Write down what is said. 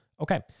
Okay